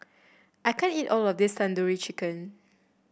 I can't eat all of this Tandoori Chicken